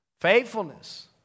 Faithfulness